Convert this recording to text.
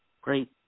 great